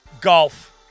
golf